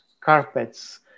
carpets